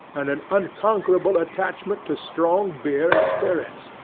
and an unconquerable attachment to strong beer and spirits,